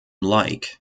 like